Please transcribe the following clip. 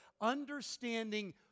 understanding